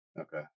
Okay